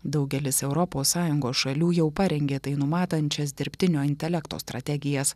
daugelis europos sąjungos šalių jau parengė tai numatančias dirbtinio intelekto strategijas